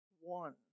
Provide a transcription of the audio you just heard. one